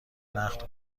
نقد